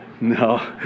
No